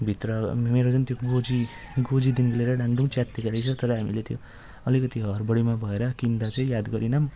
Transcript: भित्र मेरो झन् त्यो गोजी गोजीदेखि लिएर डाङडुङ च्यातिएको रहेछ अलिकति हडबडीमा भएर किन्दा चाहिँ याद गरेनौँ